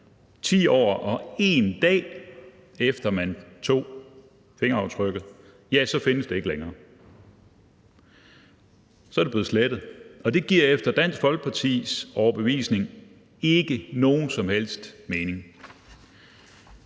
10 år og 1 dag efter man tog fingeraftrykket, så findes det ikke længere. Så er det blevet slettet, og det giver efter Dansk Folkepartis overbevisning ikke nogen som helst mening.